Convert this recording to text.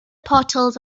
portals